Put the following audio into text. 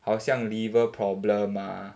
好像 liver problem ah